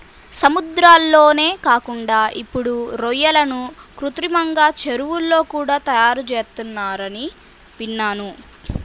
సముద్రాల్లోనే కాకుండా ఇప్పుడు రొయ్యలను కృత్రిమంగా చెరువుల్లో కూడా తయారుచేత్తన్నారని విన్నాను